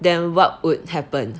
then what would happen